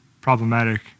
problematic